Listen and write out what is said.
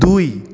দুই